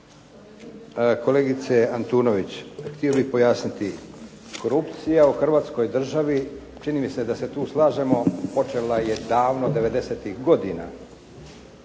Kolegice Antunović, htio bih pojasniti. Korupcija u hrvatskoj državi čini mi se da se tu slažemo, počela je davno 90-ih godina,